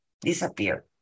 disappeared